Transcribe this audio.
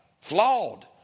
flawed